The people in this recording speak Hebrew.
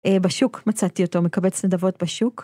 בשוק מצאתי אותו מקבץ נדבות בשוק.